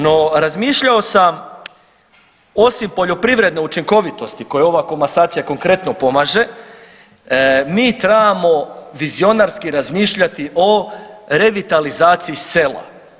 No, razmišljao sam osim poljoprivredne učinkovitosti koju ova komasacija konkretno pomaže mi trebamo vizionarski razmišljati o revitalizaciji sela.